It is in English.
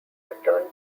returned